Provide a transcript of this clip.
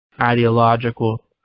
ideological